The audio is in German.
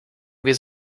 wir